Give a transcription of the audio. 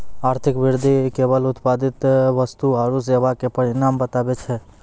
आर्थिक वृद्धि केवल उत्पादित वस्तु आरू सेवा के परिमाण बतबै छै